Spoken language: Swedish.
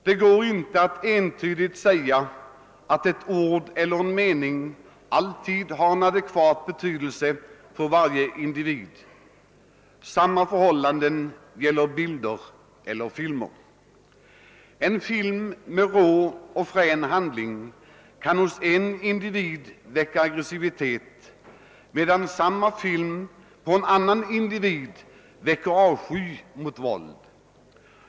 Man kan inte entydigt säga att ett ord eller en mening alltid har en adekvat betydelse för varje individ, och samma förhållande gäller för bilder eller filmer. En film med frän och rå handling kan hos en individ väcka aggressivitet, medan samma film hos en annan individ väcker avsky mot våld.